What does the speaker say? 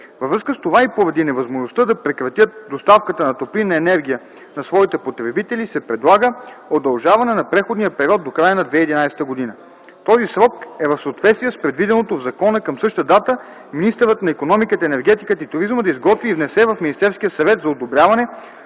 Във връзка с това и поради невъзможността да прекратят доставката на топлинна енергия на своите потребители, се предлага удължаване на преходния период до края на 2011 г. Този срок е в съответствие с предвиденото в закона към същата дата министърът на икономиката, енергетиката и туризма да изготви и внесе в Министерския съвет за одобряване